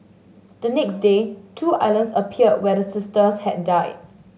the next day two islands appeared where the sisters had died